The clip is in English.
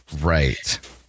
right